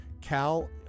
Cal